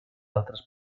altres